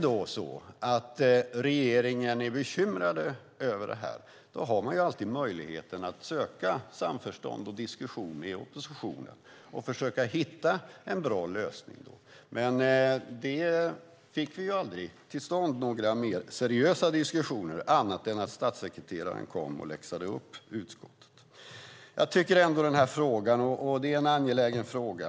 Om regeringen är bekymrad över detta har man alltid möjlighet att söka samförstånd och diskussion med oppositionen och försöka hitta en bra lösning. Men vi fick aldrig till stånd några mer seriösa diskussioner annat än att statssekreteraren kom och läxade upp utskottet. Detta är en angelägen fråga.